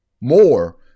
More